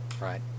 right